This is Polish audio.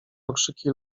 okrzyki